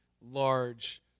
large